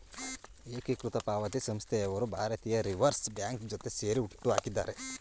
ಏಕೀಕೃತ ಪಾವತಿ ಸಂಸ್ಥೆಯವರು ಭಾರತೀಯ ರಿವರ್ಸ್ ಬ್ಯಾಂಕ್ ಜೊತೆ ಸೇರಿ ಹುಟ್ಟುಹಾಕಿದ್ದಾರೆ